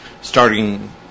starting